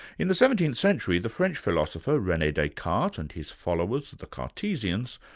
in the seventeenth century, the french philosopher rene descartes and his followers, the cartesians,